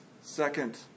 second